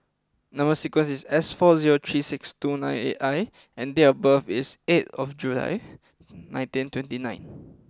number sequence is S four zero three six two nine eight I and date of birth is eight of July nineteen twenty nine